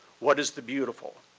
what is the beautiful,